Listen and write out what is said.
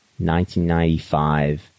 1995